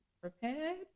prepared